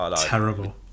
Terrible